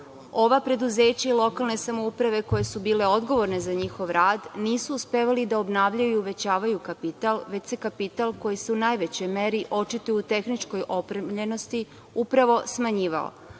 ova preduzeća i lokalne samouprave koje su bile odgovorne za njihov rad nisu uspevali da obnavljaju i uvećavaju kapital, već se kapital koji se u najvećoj meri očitao u tehničkoj opremljenosti upravo smanjivao.